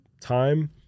time